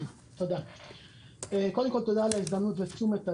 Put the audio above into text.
קודם כול, תודה על ההזדמנות ועל תשומת הלב.